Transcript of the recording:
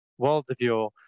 worldview